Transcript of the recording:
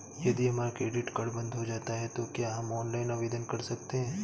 यदि हमारा credit card बंद हो जाता है तो क्या हम ऑनलाइन आवेदन कर सकते हैं?